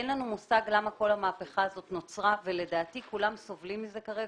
אין לנו מושג למה כל המהפכה הזאת נוצרה ולדעתי כולם סובלים מזה כרגע,